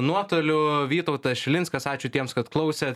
nuotoliu vytautas šilinskas ačiū tiems kad klausėt